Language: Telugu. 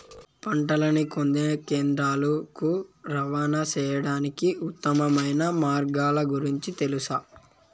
పంటలని కొనే కేంద్రాలు కు రవాణా సేయడానికి ఉత్తమమైన మార్గాల గురించి తెలుసా?